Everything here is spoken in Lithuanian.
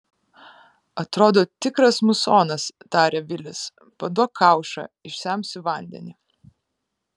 atrodo tikras musonas tarė vilis paduok kaušą išsemsiu vandenį